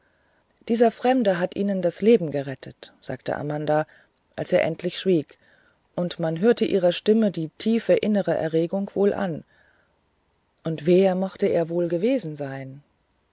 dieser fremde hat ihnen das leben gerettet sagte amanda als er endlich schwieg und man hörte ihrer stimme die tiefe innere erregung wohl an und wer mag er wohl gewesen sein